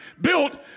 built